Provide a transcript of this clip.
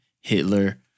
Hitler